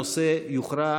הנושא יוכרע,